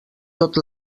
tot